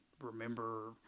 remember